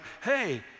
hey